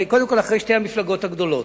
קודם כול אחרי שתי המפלגות הגדולות.